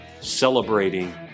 celebrating